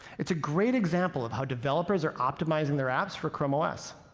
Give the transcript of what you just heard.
it's a great example of how developers are optimizing their apps for chrome os.